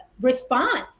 response